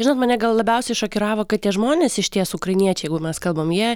žinot mane gal labiausiai šokiravo kad tie žmonės išties ukrainiečiai jeigu mes kalbam jie